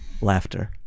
Laughter